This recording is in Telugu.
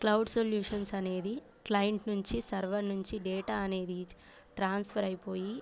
క్లౌడ్ సొల్యూషన్స్ అనేది క్లైంట్ నుంచి సర్వర్ నుంచి డేటా అనేది ట్రాన్స్ఫర్ అయిపోయి